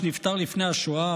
שנפטר לפני השואה,